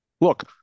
Look